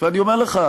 ואני אומר לך,